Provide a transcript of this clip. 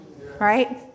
right